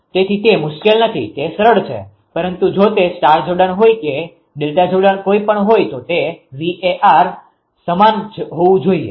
તેથી તે મુશ્કેલ નથી તે સરળ છે પરંતુ જો તે સ્ટાર જોડાણ હોઈ કે ડેલ્ટા જોડાણ કોઈ પણ હોય તો તે VAr સમાન જ હોવું જોઈએ